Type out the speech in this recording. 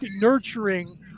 nurturing